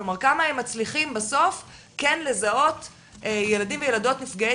כלומר כמה הם מצליחים בסוף כן לזהות ילדים וילדות נפגעי